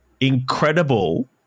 incredible